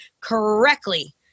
correctly